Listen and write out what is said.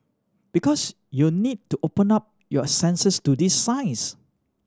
because you'd need to open up your senses to these signs